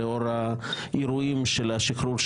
לאור האירועים של השחרור,